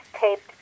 taped